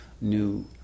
new